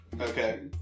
Okay